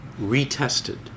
retested